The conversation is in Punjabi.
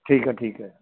ਠੀਕ ਆ ਠੀਕ ਆ